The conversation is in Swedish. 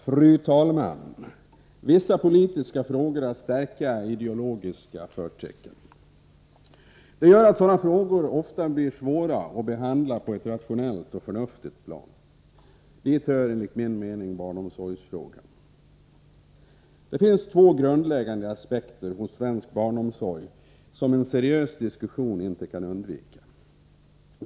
Fru talman! Vissa politiska frågor har starka ideologiska förtecken. Det gör att sådana frågor ofta är mycket svåra att behandla på ett rationellt och förnuftigt plan. Dit hör enligt min mening barnomsorgsfrågan. Det finns två grundläggande aspekter hos svensk barnomsorg som en seriös diskussion inte kan undvika.